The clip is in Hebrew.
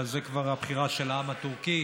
אבל זו כבר הבחירה של העם הטורקי,